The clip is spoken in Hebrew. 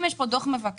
אם יש פה דוח מבקר